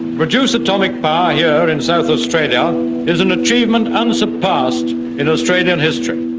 produce atomic power here in south australia is an achievement unsurpassed in australian history.